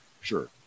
Sure